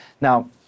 Now